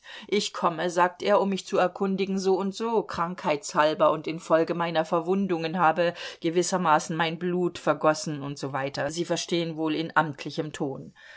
ich komme sagt er um mich zu erkundigen soundso krankheitshalber und infolge meiner verwundungen habe gewissermaßen mein blut vergossen und so weiter sie verstehen wohl in amtlichem ton